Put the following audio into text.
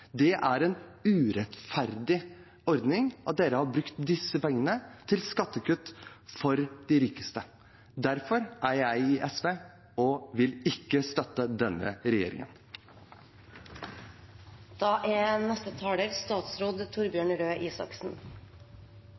Det er en urettferdig ordning at dere har brukt disse pengene til skattekutt for de rikeste. Derfor er jeg i SV og vil ikke støtte denne